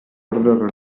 orde